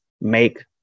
make